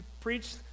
preach